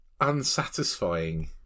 unsatisfying